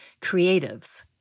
creatives